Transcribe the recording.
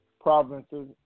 provinces